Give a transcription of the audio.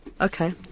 okay